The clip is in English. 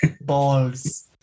Balls